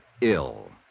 ill